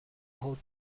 hold